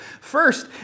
First